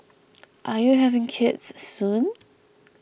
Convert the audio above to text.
are you having kids soon